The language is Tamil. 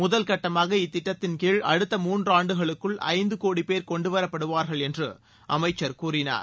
முதல் கட்டமாக இத்திட்டத்தின் கீழ் அடுத்த மூன்றாண்டுகளுக்குள் ஐந்த கோடி பேர் கொண்டுவரப்படுவார்கள் என்று அமைச்சர் கூறினார்